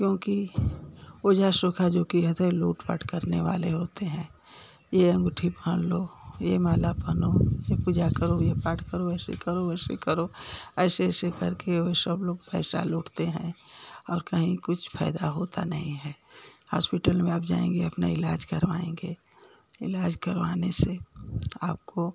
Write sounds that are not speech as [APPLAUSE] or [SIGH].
क्योंकि [UNINTELLIGIBLE] लूट पाट करने वाले होते हैं ये अंगूठी पहन लो ये माला पहनो ये पूजा करो ये पाठ करो ऐसे करो वैसे करो ऐसे ऐसे करके वो सबलोग पैसा लूटते हैं और कहीं कुछ फायदा होता नहीं है हास्पिटल में आप जाएंगे अपने इलाज़ करवाएंगे इलाज़ करवाने से आपको